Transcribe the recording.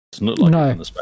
No